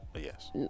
Yes